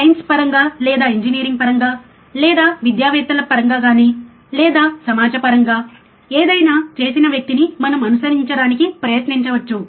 science పరంగా లేదా engineering పరంగా లేదా విద్యావేత్తల పరంగా గానిలేదా సమాజ పరంగా ఏదైనా చేసిన వ్యక్తిని మనం అనుసరించడానికి ప్రయత్నించవచ్చు